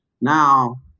Now